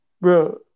Bro